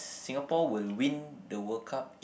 Singapore will win the World Cup if